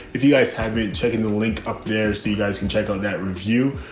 if you guys haven't been checking the link up there so you guys can check out that review.